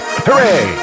Hooray